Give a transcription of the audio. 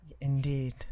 Indeed